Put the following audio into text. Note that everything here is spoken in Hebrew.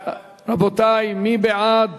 רבותי, מי בעד?